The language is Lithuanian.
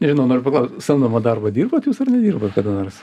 nežinau noriu paklaust samdomą darbą dirbot jūs ar nedirbot kada nors